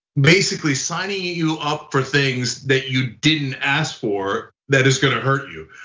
basically signing you you up for things that you didn't ask for that is going to hurt you.